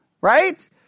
right